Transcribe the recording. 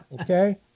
okay